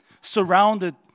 surrounded